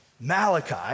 Malachi